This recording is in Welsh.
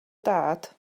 dad